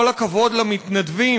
כל הכבוד למתנדבים,